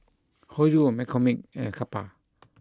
Hoyu McCormick and Kappa